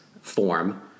form